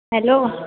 hello